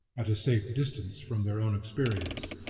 at a safe distance from their own experience.